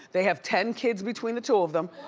they have ten kids between the two of them.